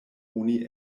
oni